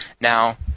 Now